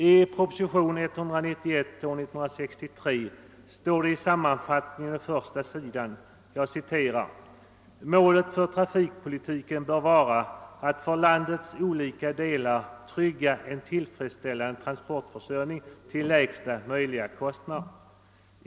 I propositionen 191 år 1963 står det i sammanfattningen på första sidan: »Målet för trafikpolitiken bör vara att för landets olika delar trygga en tillfredsställande transportförsörjning till lägsta möjliga kostnader.